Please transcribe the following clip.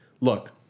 Look